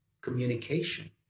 communication